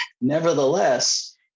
Nevertheless